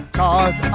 cause